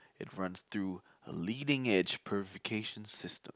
it runs through a leading edge purification system